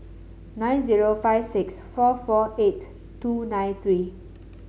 nine zero five six four four eight two nine three